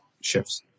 shifts